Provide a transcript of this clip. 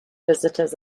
visitors